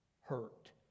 hurt